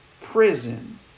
prison